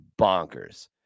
bonkers